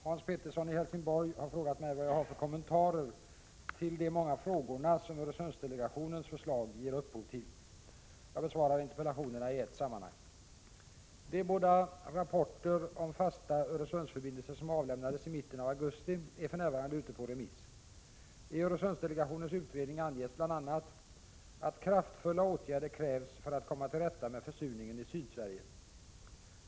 Hans Pettersson i Helsingborg har frågat mig vad jag har för kommentarer till de många frågorna som Öresundsdelegationens förslag ger upphov till. Jag besvarar interpellationerna i ett sammanhang. De båda rapporter om fasta Öresundsförbindelser som avlämnades i mitten av augusti är för närvarande ute på remiss. I Öresundsdelegationens utredning anges bl.a. att kraftfulla åtgärder krävs för att komma till rätta med försurningen i Sydsverige.